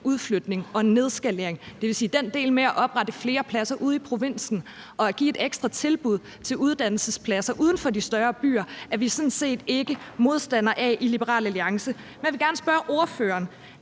udflytningen og nedskaleringen; det vil sige, at den del om at oprette flere pladser ud i provinsen og at give et ekstra tilbud om uddannelsespladser uden for de større byer er vi sådan set ikke modstandere af i Liberal Alliance. Jeg vil gerne spørge ordføreren: